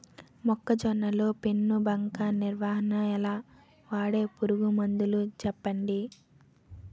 మొక్కజొన్న లో పెను బంక నివారణ ఎలా? వాడే పురుగు మందులు చెప్పండి?